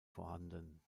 vorhanden